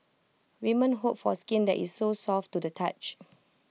women hope for skin that is so soft to the touch